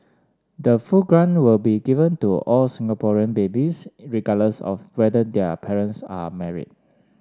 the full grant will be given to all Singaporean babies regardless of whether their parents are married